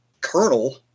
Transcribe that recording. colonel